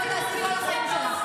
את זה אמרת בפעם החמישית.